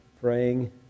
praying